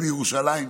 ובירושלים,